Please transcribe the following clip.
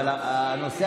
ועדת